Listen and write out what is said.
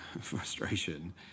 frustration